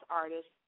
artist